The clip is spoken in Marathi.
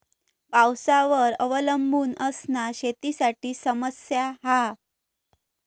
पावसावर अवलंबून असना शेतीसाठी समस्या हा